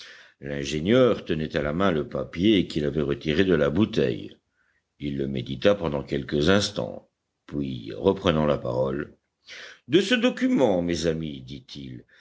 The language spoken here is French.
l'ingénieur tenait à la main le papier qu'il avait retiré de la bouteille il le médita pendant quelques instants puis reprenant la parole de ce document mes amis dit-il